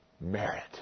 merit